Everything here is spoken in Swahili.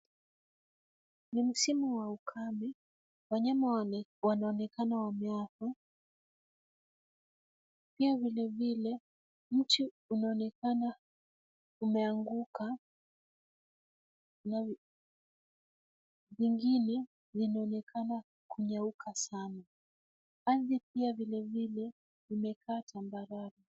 Ni msimu wa ukame. Wanyama wanaonekana wameaga. Pia vile vile, mti unaonekana umeanguka na vingili vinaonekana kunyauka sana. Ardhi pia vile vile imekaa tambarare.